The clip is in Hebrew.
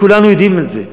כולנו יודעים את זה,